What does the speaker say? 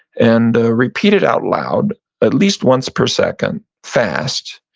and ah repeat it out loud at least once per second, fast,